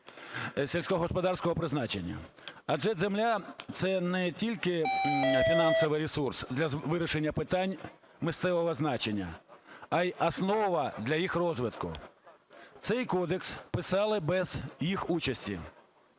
сільськогосподарського призначення. Адже земля – це не тільки фінансовий ресурс для вирішення питань місцевого значення, а й основа для їх розвитку. Цей кодекс писали без їх участі.